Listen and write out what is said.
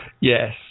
Yes